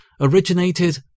originated